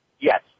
yes